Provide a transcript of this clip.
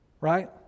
right